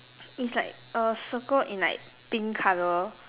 is like a circle in like pink colour